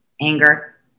anger